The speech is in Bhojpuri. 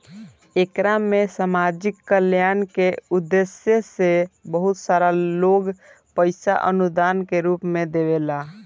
एकरा में सामाजिक कल्याण के उद्देश्य से बहुत सारा लोग पईसा अनुदान के रूप में देवेला